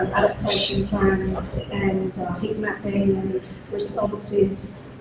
adaptation permits and responses